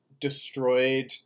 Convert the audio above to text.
Destroyed